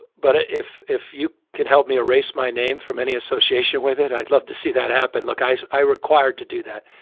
but ah if if you can help me erase my name from any association with it, i'd love to see that happen. look. i'm required to do that.